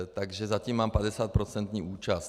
Takže zatím mám 50% účast.